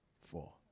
four